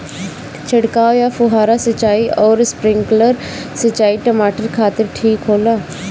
छिड़काव या फुहारा सिंचाई आउर स्प्रिंकलर सिंचाई टमाटर खातिर ठीक होला?